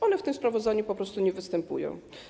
One w tym sprawozdaniu po prostu nie występują.